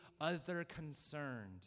other-concerned